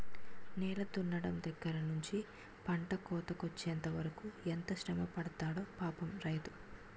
నేల దున్నడం దగ్గర నుంచి పంట కోతకొచ్చెంత వరకు ఎంత శ్రమపడతాడో పాపం రైతు